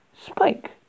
spike